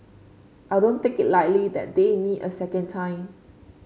I don't take it lightly that they me a second time